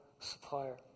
supplier